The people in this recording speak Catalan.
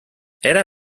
era